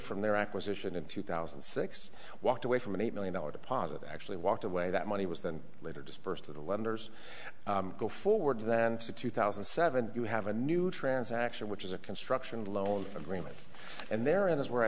from their acquisition in two thousand and six walked away from an eight million dollar deposit actually walked away that money was then later dispersed to the lenders go forward then to two thousand and seven you have a new transaction which is a construction loan agreement and therein is where i